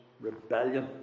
rebellion